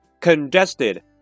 congested